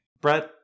Brett